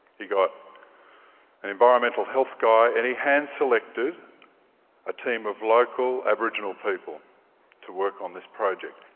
he got an environmental health guy. and he hand-selected a team of local aboriginal people to work on this project.